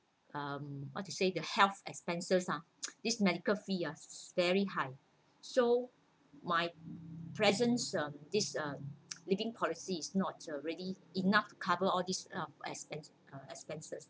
um what to say the health expenses ah this medical fee ah very high so my present uh this uh living policy is not already enough cover all this up ex~ ex~ expenses